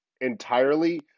entirely